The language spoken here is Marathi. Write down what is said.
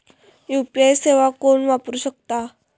यू.पी.आय सेवा कोण वापरू शकता?